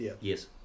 Yes